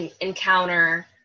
encounter